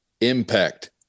impact